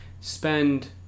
spend